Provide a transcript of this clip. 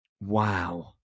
Wow